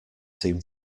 seem